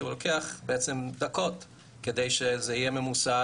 שלוקח בעצם דקות כדי שזה יהיה ממוסד.